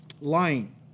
Lying